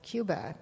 Cuba